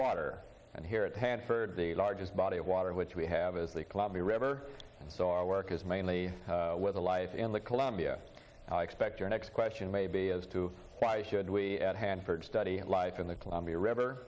water and here at hanford the largest body of water which we have is the columbia river and so our work is mainly with the life in the columbia i expect your next question may be as to why should we add hanford study and life in the columbia river